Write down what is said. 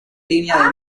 línea